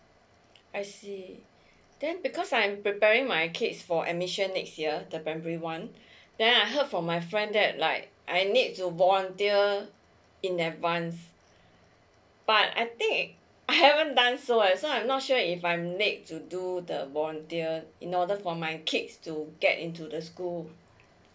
I see then because I'm preparing my kids for admission next year the primary one then I heard from my friend that like I need to volunteer in advance but I think I haven't done so eh so I'm not sure if I'm late to do the volunteer you know that for my kids to get into the school